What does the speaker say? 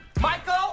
Michael